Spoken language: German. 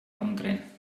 umdrehen